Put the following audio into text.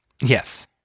yes